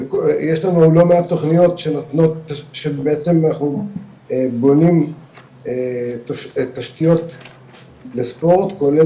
יש לא מעט תוכניות שבעצם אנחנו בונים תשתיות לספורט כולל